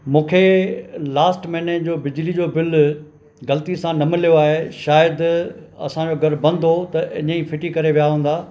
मूंखे लास्ट महीने जो बिजली जो बिल ग़लिती सां न मिलियो आहे शायदि असांजो दर बंद हुओ त इअं ई फिटी करे विया हूंदा